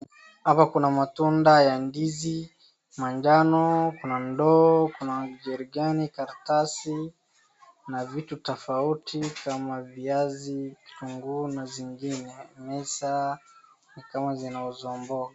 Hapa kuna matunda ya ndizi majano, kuna ndoo, kuna jerican , kuna karatasi na vitu tofauti kama viazi, nguo na zingine meza ni kama zinauzwa bao.